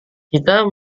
kita